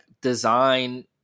design